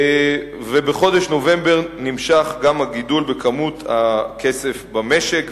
ובחודש נובמבר נמשך גם הגידול בכמות הכסף במשק.